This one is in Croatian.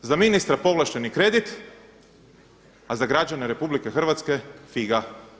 Za ministra povlašteni kredit, a za građane RH figa.